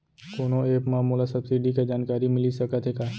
कोनो एप मा मोला सब्सिडी के जानकारी मिलिस सकत हे का?